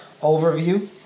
overview